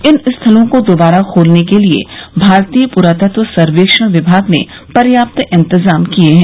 इन स्थलों को दोबारा खोलने के लिए भारतीय पुरातत्व सर्वेक्षण विभाग ने पर्याप्त इंतजाम किए हैं